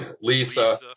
Lisa